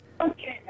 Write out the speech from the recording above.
Okay